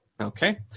Okay